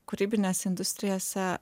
kūrybinėse industrijose